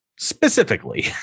Specifically